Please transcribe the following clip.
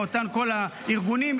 מאותם ארגונים,